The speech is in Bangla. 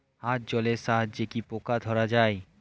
হাত জলের সাহায্যে কি পোকা ধরা যায়?